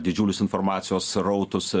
didžiulius informacijos srautus